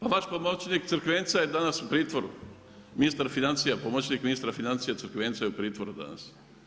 A vaš pomoćnik Crkvenca je danas u pritvoru, ministar financija, pomoćnik ministra financija Crkvenca je u pritvoru danas.